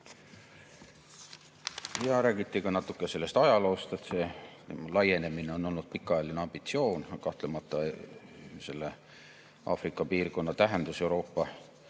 Räägiti ka natuke ajaloost, et see laienemine on olnud pikaajaline ambitsioon. Kahtlemata selle Aafrika piirkonna tähendus otseselt